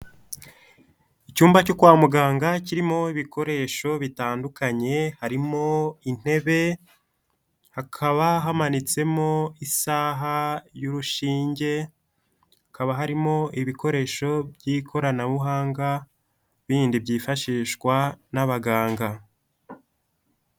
Icyumba cyo kwa muganga kirimo ibikoresho bitandukanye harimo intebe, hakaba hamanitsemo isaha y'urushinge, hakaba harimo ibikoresho by'ikoranabuhanga bindi byifashishwa n'abaganga.